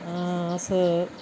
अस